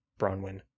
bronwyn